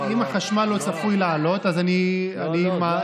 אם החשמל לא צפוי לעלות, אז אני, לא.